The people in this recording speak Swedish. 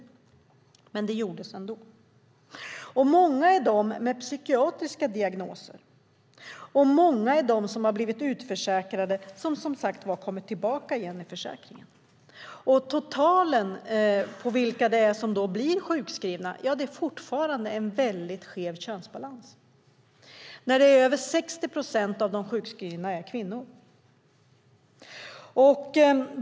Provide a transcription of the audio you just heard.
Men den gjordes ändå. Många är de med psykiatriska diagnoser och många är de som har blivit utförsäkrade och som ju som sagt kommit tillbaka igen i försäkringen. Bland det totala antalet som blir sjukskrivna råder det fortfarande en väldigt skev könsbalans. Över 60 procent av de sjukskrivna är kvinnor.